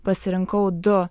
pasirinkau du